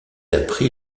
appris